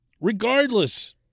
Regardless